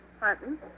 Hunting